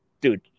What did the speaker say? dude